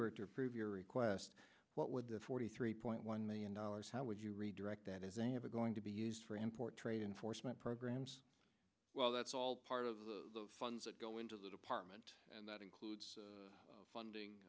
were to approve your request what would the forty three point one million dollars how would you redirect that is ever going to be used for import trade enforcement programs well that's all part of the funds that go into the department and that includes funding